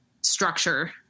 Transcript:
structure